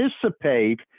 participate